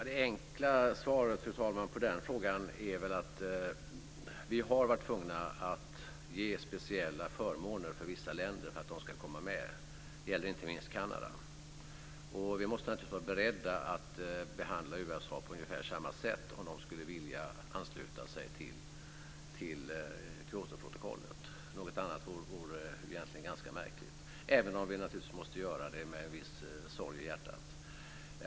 Fru talman! Det enkla svaret på den frågan är väl att vi har varit tvungna att ge speciella förmåner för vissa länder för att de ska komma med. Det gäller inte minst Kanada. Vi måste vara beredda att behandla USA på ungefär samma sätt, om USA skulle vilja ansluta sig till Kyotoprotokollet. Något annat vore egentligen ganska märkligt, även om vi naturligtvis måste göra det med en viss sorg i hjärtat.